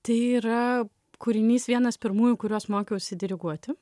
tai yra kūrinys vienas pirmųjų kuriuos mokiausi diriguoti